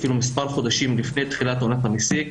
או אפילו מספר חודשים לפני תחילת עונת המסיק,